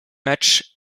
matches